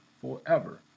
forever